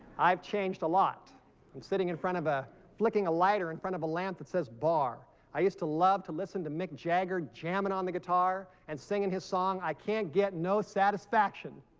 i've changed a lot i'm sitting in front of a flicking a lighter in front of a lamp that says bar i used to love to listen to mick jagger jamming on the guitar and singing his song i can't get no satisfaction